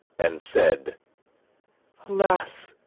and said alas!